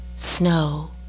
Snow